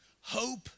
Hope